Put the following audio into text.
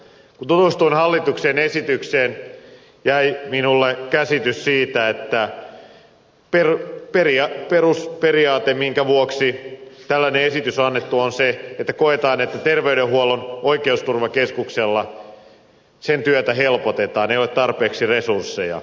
kun tutustuin hallituksen esitykseen jäi minulle se käsitys että perusperiaate minkä vuoksi tällainen esitys on annettu on se että koetaan että terveydenhuollon oikeusturvakeskuksen työtä helpotetaan kun ei ole tarpeeksi resursseja